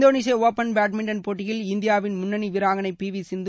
Indonesia open badminton போட்டியில் இந்தியாவின் முன்னணி வீராங்கனை பி வி சிந்து